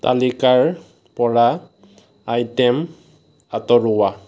তালিকাৰ পৰা আইটেম আঁতৰোৱা